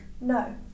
No